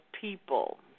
people